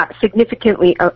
significantly